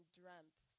dreamt